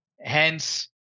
Hence